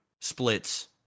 splits